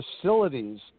facilities